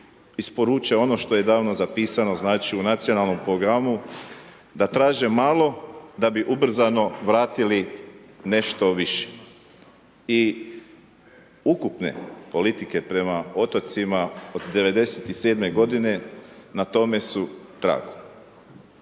isporuče ono što davno zapisano, znači u Nacionalnom programu da traže malo da bi ubrzano vratili nešto više. I ukupne politike prema otocima od 1997. godine na tome su tragu.